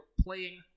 playing